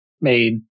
made